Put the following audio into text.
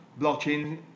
blockchain